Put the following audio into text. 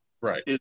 Right